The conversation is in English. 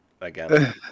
again